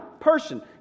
person